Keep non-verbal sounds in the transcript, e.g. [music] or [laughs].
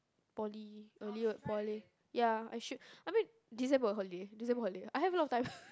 Poly earlier poly ya I should I mean December holiday December holiday I have a lot of time [laughs]